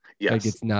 Yes